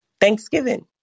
Thanksgiving